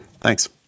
Thanks